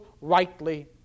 rightly